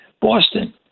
Boston